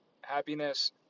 happiness